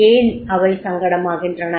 ஏன் அவை சங்கடமாகின்றன